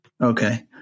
Okay